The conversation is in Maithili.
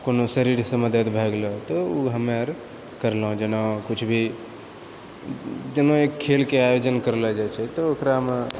कोनो शरीरसँ मदद भए गेलौ तऽ ओ हमे आर करलहुँ जेना किछु भी जेना खेलकै आयोजन करलो जाइत छै तऽ ओकरामे